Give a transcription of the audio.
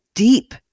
Deep